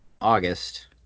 August